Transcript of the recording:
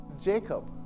Jacob